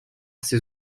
ses